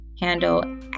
Handle